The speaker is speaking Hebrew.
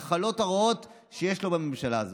הרעות החולות שיש לו בממשלה הזאת.